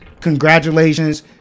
Congratulations